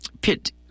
pit